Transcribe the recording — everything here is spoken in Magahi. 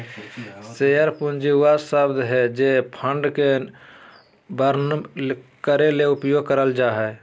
शेयर पूंजी वह शब्द हइ जे फंड के वर्णन करे ले उपयोग कइल जा हइ